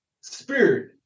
spirit